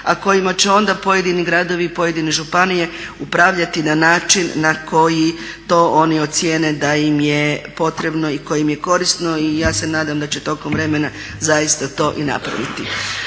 a kojima će onda pojedini gradovi i pojedine županije upravljati na način na koji to oni ocijene da im je potrebno i koje im je korisno i ja se nadam da će tokom vremena zaista to i napraviti.